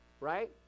right